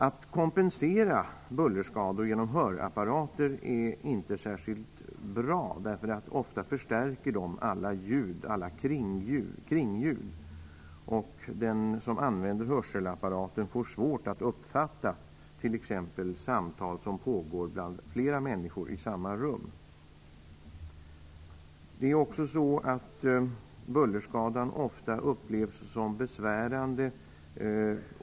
Att kompensera bullerskador genom hörapparater är inte särskilt bra. Dessa förstärker nämligen ofta alla kringliggande ljud. Den som använder hörselapparaten får svårt att uppfatta t.ex. samtal som pågår mellan flera människor i samma rum. En bullerskada upplevs ofta som besvärande.